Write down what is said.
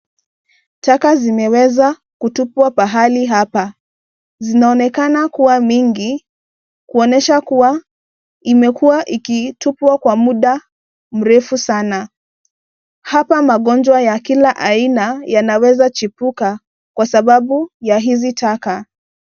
Taka zimeweza kutupwa pahali hapa. Zinaonekana kuwa mingi ikionyesha kuwa imekua ikitupwa kwa muda mrefu sana. Hapa magonjwa ya kila aina yanaweza kuchipuka kwa sababu ya hizi taka.